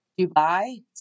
Dubai